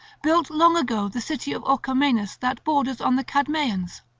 built long ago the city of orchomenus that borders on the cadmeians.